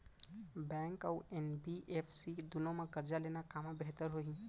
Bank अऊ NBFC दूनो मा करजा लेना कामा बेहतर होही?